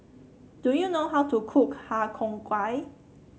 do you know how to cook Har Cheong Gai